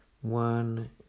one